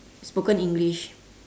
spoken English